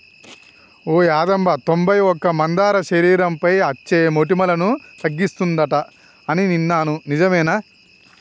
ఓ యాదమ్మ తొంబై ఒక్క మందార శరీరంపై అచ్చే మోటుములను తగ్గిస్తుందంట అని ఇన్నాను నిజమేనా